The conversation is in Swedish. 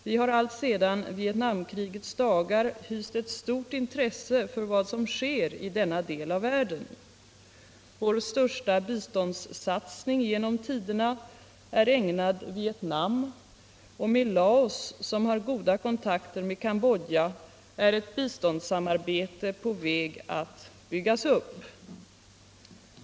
Vi har alltsedan Vietnamkrigets dagar hyst i märksamma förett stort intresse för vad som sker i denna del av världen. Vår största — hållandena i Cambiståndssatsning genom tiderna är ägnad Vietnam, och med Laos som har bodja goda kontakter med Cambodja är ett biståndssamarbete på väg att byggas upp.